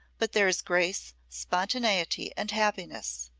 but there is grace, spontaneity and happiness.